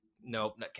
Nope